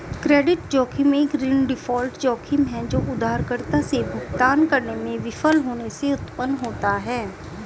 credit जोखिम एक ऋण डिफ़ॉल्ट जोखिम है जो उधारकर्ता से भुगतान करने में विफल होने से उत्पन्न होता है